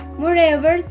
moreover